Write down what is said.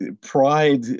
Pride